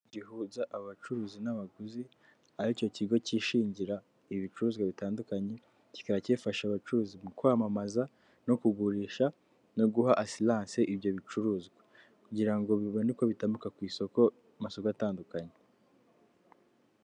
Gihuza aba bacuruzi n'abaguzi aho icyo kigo kishingira ibicuruzwa bitandukanye kikaba gifasha abacuruzi mu kwamamaza no kugurisha, no guha asiranse ibyo bicuruzwa kugira ngo bibone uko bitambuka ku isoko masoko atandukanye.